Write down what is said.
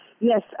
Yes